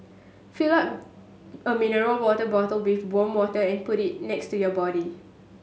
fill up a mineral water bottle with warm water and put it next to your body